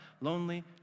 lonely